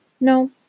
No